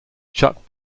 chuck